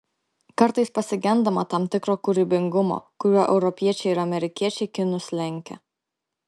kartais pasigendama tam tikro kūrybingumo kuriuo europiečiai ir amerikiečiai kinus lenkia